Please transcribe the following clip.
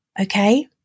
Okay